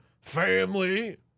family